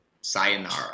sayonara